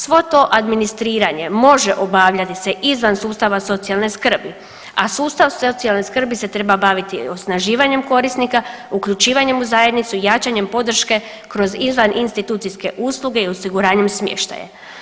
Svo to administriranje može obavljati se izvan sustava socijalne skrbe, a sustav socijalne skrbi se treba baviti osnaživanjem korisnika, uključivanjem u zajednicu i jačanjem podrške kroz izvan institucijske usluge i osiguranjem smještaja.